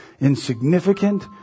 insignificant